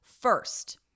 First